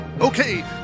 Okay